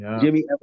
Jimmy